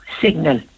signal